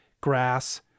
grass